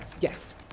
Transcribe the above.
Yes